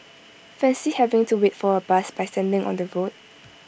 fancy having to wait for A bus by standing on the road